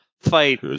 fight